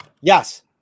Yes